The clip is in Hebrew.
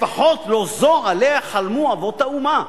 לפחות לא זו שעליה חלמו אבות האומה.